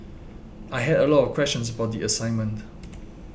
I had a lot of questions about assignment